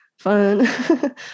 Fun